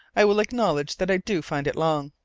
i will acknowledge that i do find it long.